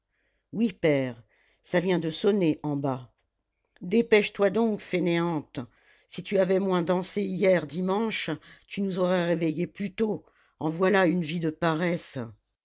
oui père ça vient de sonner en bas dépêche-toi donc fainéante si tu avais moins dansé hier dimanche tu nous aurais réveillés plus tôt en voilà une vie de paresse